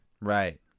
Right